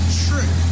true